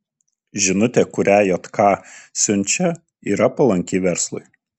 žinutė kurią jk siunčia yra palanki verslui